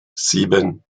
sieben